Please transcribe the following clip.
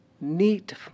neat